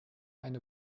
eine